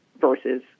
versus